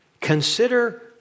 consider